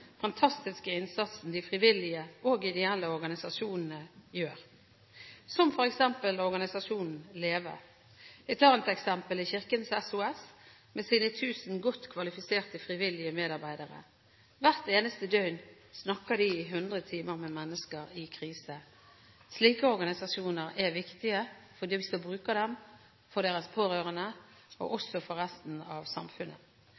fantastiske innsatsen de frivillige og ideelle organisasjonene gjør, som f.eks. organisasjonen LEVE. Et annet eksempel er Kirkens SOS, med sine 1 000 godt kvalifiserte frivillige medarbeidere. Hvert eneste døgn snakker de i 100 timer med mennesker i krise. Slike organisasjoner er viktige for dem som bruker dem, for deres pårørende og for resten av samfunnet.